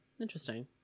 Interesting